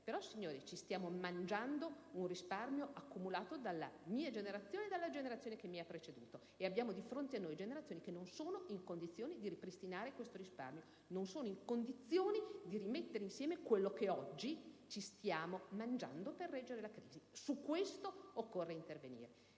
sul fatto che stiamo utilizzando un risparmio accumulato dalla mia generazione e da quella che mi ha preceduto, mentre abbiamo di fronte a noi generazioni che non sono in condizione di ripristinare tale risparmio, non sono in condizione di mettere insieme quello che oggi stiamo mangiando per reggere alla crisi. Al riguardo bisogna intervenire.